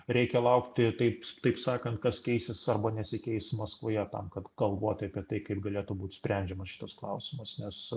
reikia laukti taip taip sakant kas keisis arba nesikeis maskvoje tam kad galvoti apie tai kaip galėtų būt sprendžiamas šitas klausimas nes